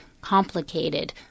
complicated